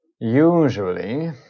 Usually